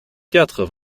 quatre